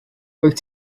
wyt